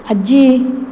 आज्जी